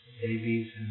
babies